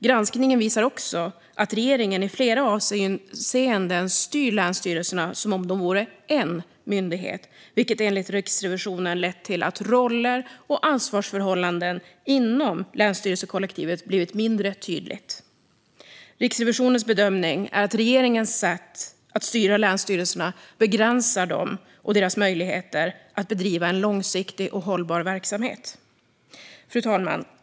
Granskningen visar också att regeringen i flera avseenden styr länsstyrelserna som om de vore en myndighet, vilket enligt Riksrevisionen har lett till att roller och ansvarsförhållanden inom länsstyrelsekollektivet blivit mindre tydliga. Riksrevisionens bedömning är att regeringens sätt att styra länsstyrelserna begränsar dem och deras möjligheter att bedriva en långsiktig och hållbar verksamhet. Fru talman!